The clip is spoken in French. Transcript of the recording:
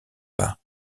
pas